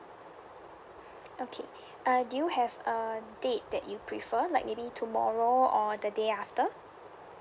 okay uh do you have a date that you prefer like maybe tomorrow or the day after